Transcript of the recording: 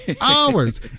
hours